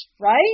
Right